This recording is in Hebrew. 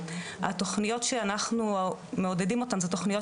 התוכניות שאנחנו מעודדים אותם זה תוכניות